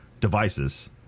devices